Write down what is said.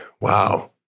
Wow